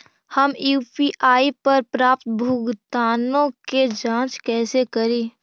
हम यु.पी.आई पर प्राप्त भुगतानों के जांच कैसे करी?